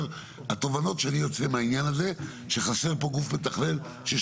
התובנות שאני יוצא מהעניין הזה הן שחסר פה גוף מתכלל שיש